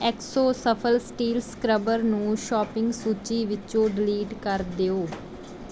ਏਕਸੋ ਸਫਲ steel scrubber ਨੂੰ shopping ਸੂਚੀ ਵਿੱਚੋਂ ਡਿਲੀਟ ਕਰ ਦਿਓ